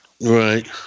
Right